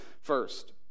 First